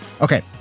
Okay